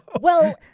Well-